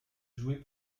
jouer